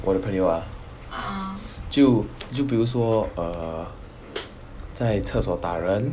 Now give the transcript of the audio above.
我的朋友 ah 就就比如说 err 在厕所打人